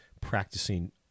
practicing